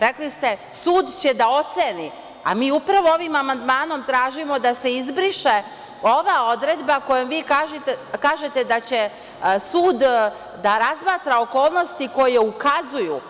Rekli ste – sud će da oceni, a mi upravo ovim amandmanom tražimo da se izbriše ova odredba kojom vi kažete da će sud da razmatra okolnosti koje ukazuju.